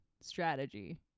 strategy